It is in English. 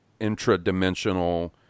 intradimensional